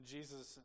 Jesus